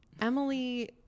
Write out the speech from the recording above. Emily